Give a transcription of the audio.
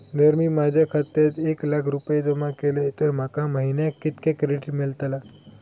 जर मी माझ्या खात्यात एक लाख रुपये जमा केलय तर माका महिन्याक कितक्या क्रेडिट मेलतला?